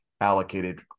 allocated